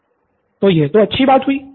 pro बाला तो यह तो अच्छी बात हुई